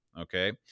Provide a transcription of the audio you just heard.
Okay